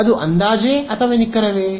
ಅದು ಅಂದಾಜೇ ಅಥವಾ ನಿಖರವೇ